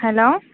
hello